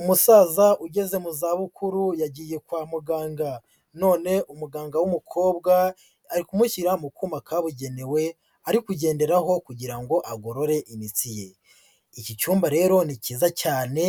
Umusaza ugeze mu za bukuru yagiye kwa muganga, none umuganga w'umukobwa ari kumushyira mu kuma kabugenewe ari kugenderaho kugira ngo agorore imitsi ye. Iki cyumba rero ni kiza cyane